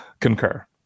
concur